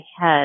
head